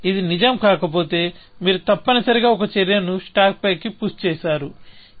ఇది నిజం కాకపోతే మీరు తప్పనిసరిగా ఒక చర్యను స్టాక్పైకి పుష్ చేసారు